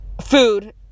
food